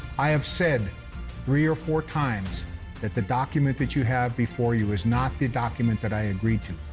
i have said three or four times that the document that you have before you is not the document that i agreed to.